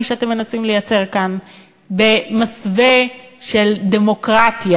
שאתם מנסים לייצר כאן במסווה של דמוקרטיה.